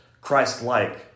Christ-like